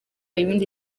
ibindi